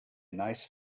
nice